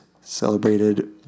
celebrated